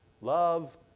love